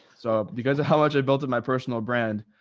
so because of how much i built in my personal brand,